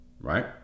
right